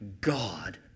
God